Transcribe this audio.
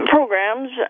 Programs